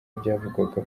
byavugwaga